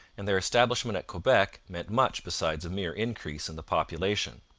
and their establishment at quebec meant much besides a mere increase in the population.